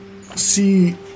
see